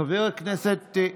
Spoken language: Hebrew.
חבר הכנסת,